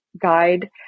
guide